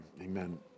Amen